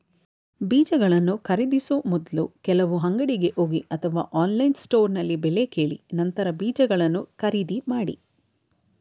ಬೀಜಗಳನ್ನು ಖರೀದಿಸೋ ಮೊದ್ಲು ಕೆಲವು ಅಂಗಡಿಗೆ ಹೋಗಿ ಅಥವಾ ಆನ್ಲೈನ್ ಸ್ಟೋರ್ನಲ್ಲಿ ಬೆಲೆ ಕೇಳಿ ನಂತರ ಬೀಜಗಳನ್ನ ಖರೀದಿ ಮಾಡಿ